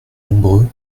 nombreux